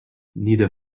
neither